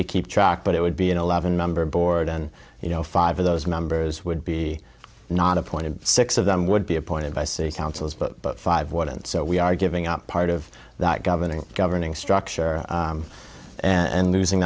keep track but it would be an eleven member board and you know five of those members would be not appointed six of them would be appointed by city councils but five one and so we are giving up part of that governing governing structure and losing